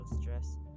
stress